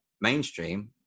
mainstream